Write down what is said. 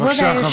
בבקשה.